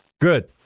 Good